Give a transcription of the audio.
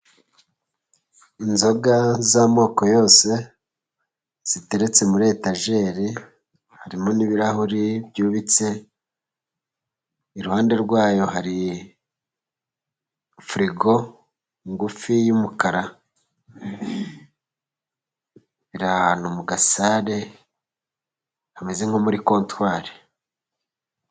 Inzoga z'amoko yose， ziteretse muri etajeri， harimo n'ibirahuri byubitse， iruhande rwayo，hari firigo ngufi y'umukara， ahantu mu gasare hameze nko muri contware.